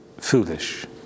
Foolish